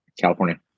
California